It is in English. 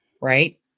Right